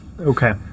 Okay